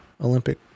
Olympic